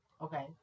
Okay